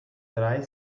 drei